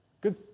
Good